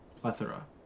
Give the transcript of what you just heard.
Plethora